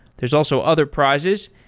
there's also other prizes,